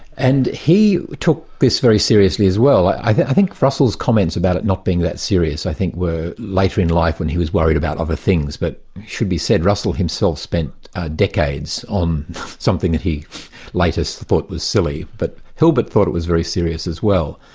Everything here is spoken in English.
and he took this very seriously as well. i think i think russell's comments about it not being that serious, i think were later in life when he was worried about other things, but it should be said russell himself spent decades on something that he like later thought was silly, but hilbert thought it was very serious as well.